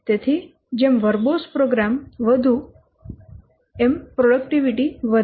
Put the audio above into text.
તેથી જેમ verbose program વધુ એમ પ્રોડક્ટીવિટી વધારે